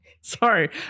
Sorry